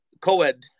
co-ed